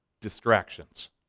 distractions